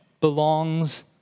belongs